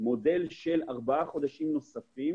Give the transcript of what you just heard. יש מודל של 4 חודשים נוספים